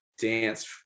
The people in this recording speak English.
dance